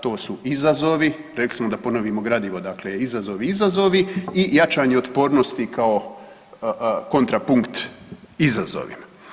To su izazovi, rekli smo da ponovimo gradivo, dakle izazovi i izazovi i jačanje otpornosti kao kontrapunkt izazovima.